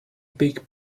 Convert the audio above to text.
big